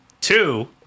two